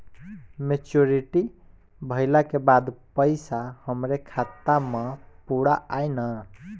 Maturity भईला के बाद पईसा हमरे खाता म पूरा आई न?